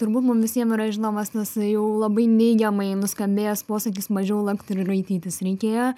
turbūt mum visiem yra žinomas tas jau labai neigiamai nuskambėjęs posakis mažiau lakt ir raitytis reikėjo